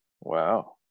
Wow